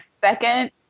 second